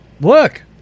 look